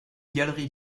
galerie